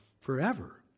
forever